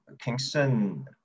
Kingston